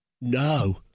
No